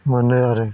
मोनो आरो